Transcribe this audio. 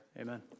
Amen